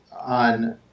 on